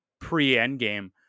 pre-Endgame